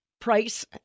price